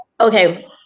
Okay